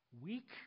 Weak